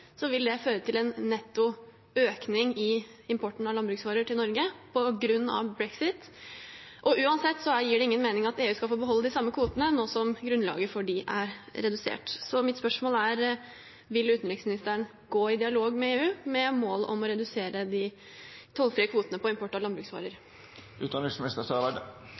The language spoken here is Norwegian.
vil det føre til en netto økning i importen av landbruksvarer til Norge på grunn av brexit. Uansett gir det ingen mening at EU skal få beholde de samme kvotene nå som grunnlaget for dem er redusert. Mitt spørsmål er: Vil utenriksministeren gå i dialog med EU med mål om å redusere de tollfrie kvotene for import av landbruksvarer?